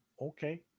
Okay